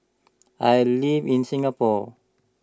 I live in Singapore